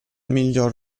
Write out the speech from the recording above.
miglior